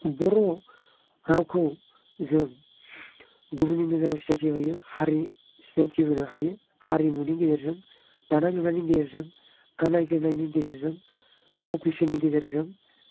बर' रावखौ जों गुबुननि नोजोराव सिनायथि होयो हारि सिनायथि होनो हायो हारिमुनि गेजेरजों दानाय लुनायनि गेजेरजों गाननाय जोमनायनि गेजेरजों फाव फेशननि गेजेरजों